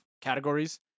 categories